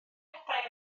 cadair